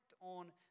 on